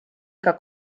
iga